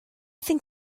think